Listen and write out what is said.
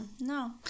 No